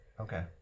Okay